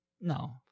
no